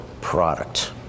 product